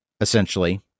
essentially